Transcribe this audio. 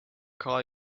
call